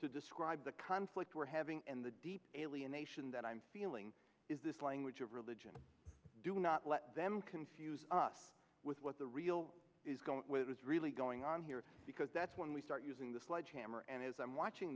to describe the conflict we're having in the deep alienation that i'm feeling is this language of religion do not let them confuse us with what the real is going with is really going on here because that's when we start using the sledgehammer and as i'm watching